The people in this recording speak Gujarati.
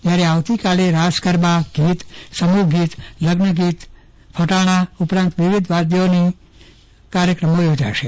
જયારે આવતીકાલે રાસ ગરબા ગીત સમુહગીત લગ્નગીત ફટાણા ઉપરાંત વિવિધ વાદ્યોની હરિયાઈ યોજાશે